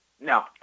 No